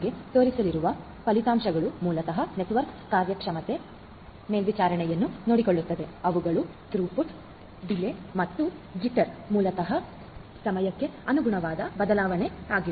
ನಾವು ನಿಮಗೆ ತೋರಿಸಲಿರುವ ಫಲಿತಾಂಶಗಳು ಮೂಲತಃ ನೆಟ್ವರ್ಕ್ ಕಾರ್ಯಕ್ಷಮತೆ ಮೇಲ್ವಿಚಾರಣೆಯನ್ನು ನೋಡಿಕೊಳ್ಳುತ್ತವೆ ಅವುಗಳು ಥ್ರೋಪುಟ್ ಡಿಲೇ ಮತ್ತು ಜಿಟ್ಟರ್ ಮೂಲತಃ ಸಮಯಕ್ಕೆ ಅನುಗುಣವಾಗಿ ಬದಲಾವಣೆಯಾಗತ್ತದೆ